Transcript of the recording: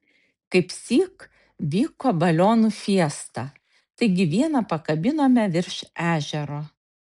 kaipsyk vyko balionų fiesta taigi vieną pakabinome virš ežero